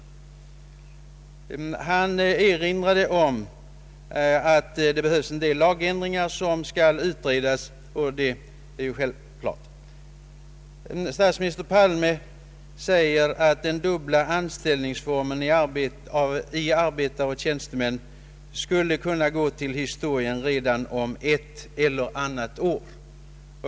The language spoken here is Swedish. Statsministern erinrade om att det behövs vissa lagändringar som skall utredas, och det är ju självklart. Han sade att den dubb la anställningsformen arbetare och tjänstemän skulle kunna gå till historien redan om ”ett eller annat år”.